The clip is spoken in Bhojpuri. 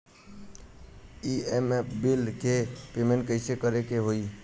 ई.एम.आई बिल के पेमेंट कइसे करे के होई?